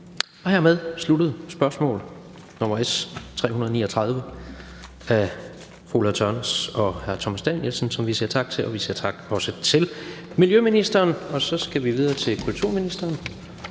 Hermed sluttede spørgsmål nr. S 339 fra fru Ulla Tørnæs og hr. Thomas Danielsen, som vi siger tak til, og vi siger også tak til miljøministeren. Så skal vi videre til kulturministerens